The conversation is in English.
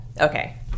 Okay